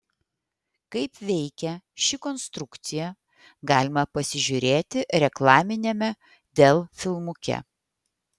kaip veikia ši konstrukcija galima pasižiūrėti reklaminiame dell filmuke